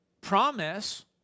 promise